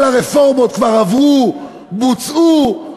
כל הרפורמות כבר עברו, בוצעו.